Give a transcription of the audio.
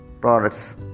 products